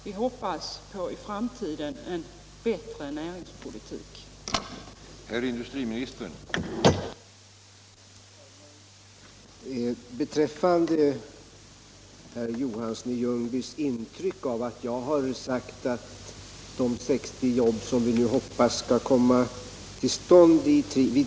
Vi hoppas på en bättre näringspolitik i framtiden.